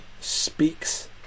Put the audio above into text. speaks